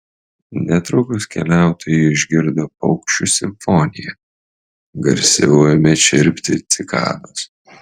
netrukus keliautojai išgirdo paukščių simfoniją garsiau ėmė čirpti cikados